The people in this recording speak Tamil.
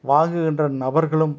வாங்குகின்ற நபர்களும்